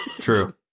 True